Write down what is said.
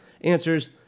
answers